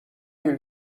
بیل